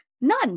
None